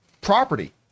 property